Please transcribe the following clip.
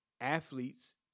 athletes